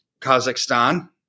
Kazakhstan